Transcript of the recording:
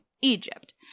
Egypt